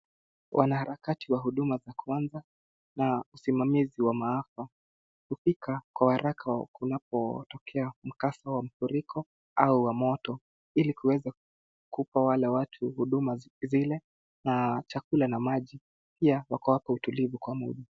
Wanaharakati wa huduma za kwanza na usimamizi wa maafa. Hufika kwa haraka kunapotokea mkasa wa mafuriko au wa moto. Ili kuweza kupa wale watu huduma zile na chakula na maji. pia na kuwapa utulivu kwa moyo.